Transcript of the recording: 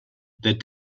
that